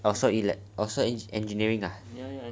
also elec~ also engineering ah